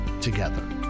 together